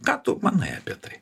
ką tu manai apie tai